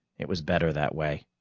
it was better that way.